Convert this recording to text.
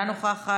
אינה נוכחת.